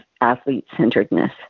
athlete-centeredness